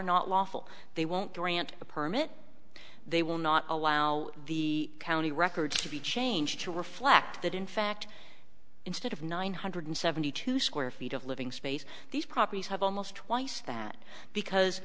not lawful they won't grant a permit they will not allow the county records to be changed to reflect that in fact instead of nine hundred seventy two square feet of living space these properties have almost twice that because